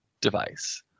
device